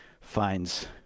finds